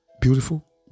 beautiful